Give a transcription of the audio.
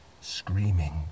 screaming